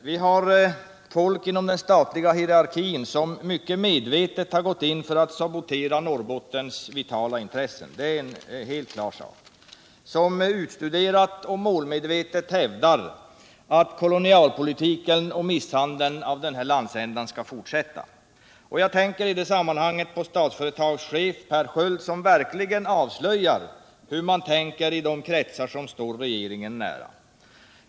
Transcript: Det finns folk inom den statliga hierarkin som mycket medvetet har gått in för att sabotera Norrbottens vitala intressen —det står helt klart — folk som utstuderat och målmedvetet hävdar att kolonialpolitiken och misshandeln av denna landsända skall fortsätta. Jag tänker i det sammanhanget på Statsföretags chef Per Sköld, som verkligen avslöjar hur man tänker i de kretsar som står regeringen nära.